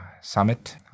summit